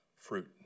fruit